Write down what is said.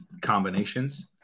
combinations